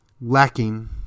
lacking